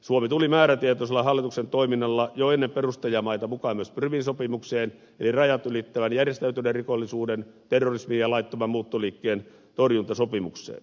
suomi tuli määrätietoisella hallituksen toiminnalla jo ennen perustajamaita mukaan myös prumin sopimukseen eli rajat ylittävän järjestäytyneen rikollisuuden terrorismin ja laittoman muuttoliikkeen torjuntasopimukseen